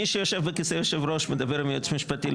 מי שיושב בכיסא יושב הראש מדבר עם היועץ המשפטי,